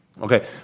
Okay